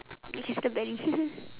can see the belly